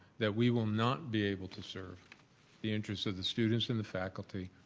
that we will not be able to serve the interest of the students and the faculty